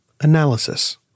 analysis